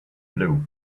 blue